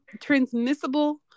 Transmissible